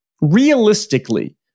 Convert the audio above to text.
realistically